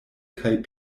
kaj